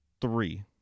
three